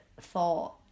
thought